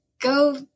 go